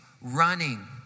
running